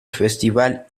festival